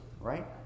Right